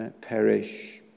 perish